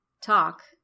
talk